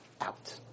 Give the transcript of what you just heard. Out